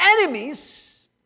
enemies